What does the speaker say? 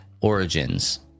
Origins